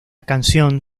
canción